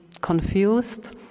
confused